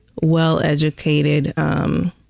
well-educated